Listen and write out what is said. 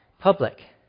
public